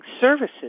services